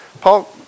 Paul